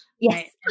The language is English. Yes